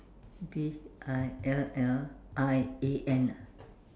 V I L L I A N ah